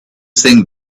sing